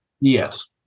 Yes